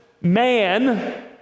man